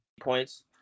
points